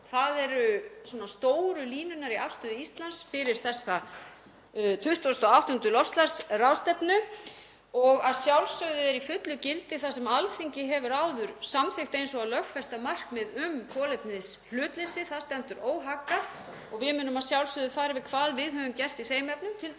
Það eru stóru línurnar í afstöðu Íslands fyrir þessa 28. loftslagsráðstefnu. Að sjálfsögðu er í fullu gildi það sem Alþingi hefur áður samþykkt, eins og að lögfesta markmið um kolefnishlutleysi, það stendur óhaggað. Við munum að sjálfsögðu fara yfir hvað við höfum gert í þeim efnum, t.d.